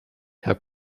herr